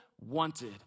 wanted